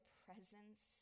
presence